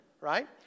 right